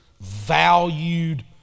valued